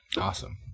Awesome